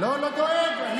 אל תדאג.